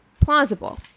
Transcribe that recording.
plausible